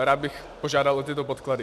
Rád bych požádal o tyto podklady.